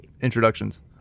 introductions